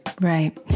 Right